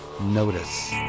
notice